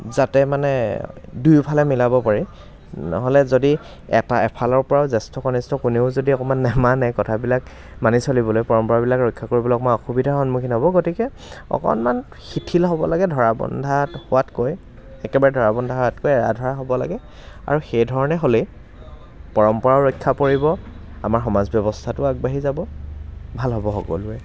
যাতে মানে দুয়োফালে মিলাব পাৰি নহ'লে যদি এটা এফালৰ পৰাও জ্যেষ্ঠ কনিষ্ঠ কোনেও যদি অকণমান নেমানে কথাবিলাক মানি চলিবলৈ পৰম্পৰাবিলাক ৰক্ষা কৰিবলৈ অকণমান অসুবিধা সন্মুখীন হ'ব গতিকে অকণমান শিথিল হ'ব লাগে ধৰাবন্ধা হোৱাতকৈ একেবাৰে ধৰাবন্ধা হোৱাতকৈ এৰা ধৰা হ'ব লাগে আৰু সেইধৰণে হ'লেই পৰম্পৰাও ৰক্ষা পৰিব আমাৰ সমাজ ব্যৱস্থাটো আগবাঢ়ি যাব ভাল হ'ব সকলোৱে